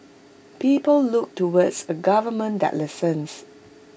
people look towards A government that listens